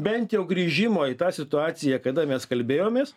bent jau grįžimo į tą situaciją kada mes kalbėjomės